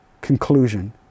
conclusion